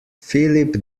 philip